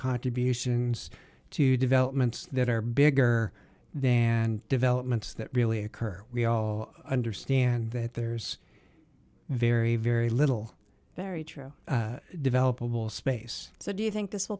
contributions to developments that are bigger dand developments that really occur we all understand that there's very very little very true developable space so do you think this will